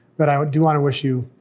but i do wanna wish you,